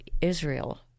Israel